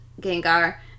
Gengar